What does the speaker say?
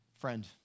Friend